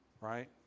Right